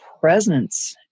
presence